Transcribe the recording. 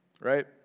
right